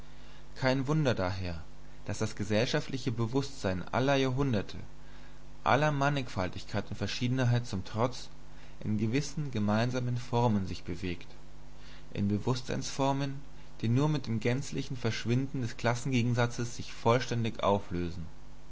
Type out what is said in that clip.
kein wunder daher daß das gesellschaftliche bewußtsein aller jahrhunderte aller mannigfaltigkeit und verschiedenheit zum trotz in gewissen gemeinsamen formen sich bewegt in bewußtseinsformen die nur mit dem gänzlichen verschwinden des klassengegensatzes sich vollständig auflösen